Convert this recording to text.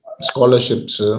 scholarships